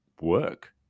work